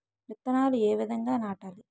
విత్తనాలు ఏ విధంగా నాటాలి?